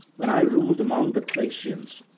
when i ruled among the thracians,